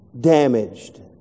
damaged